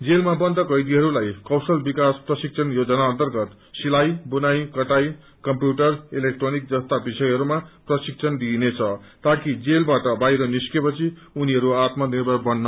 जेलमा बन्द कैदीहरूलाई कौशल विकास प्रशिक्षण योजना अर्न्तगत सिलाई बुनाई कटाई कम्प्यूटर इलेक्ट्रोनिक जस्ता विषयहरूमा प्रशिक्षण दिइनेछ ताकि जेलवाट बाहिर निस्केपछि उनीहरू आत्मनिर्भर बनुन्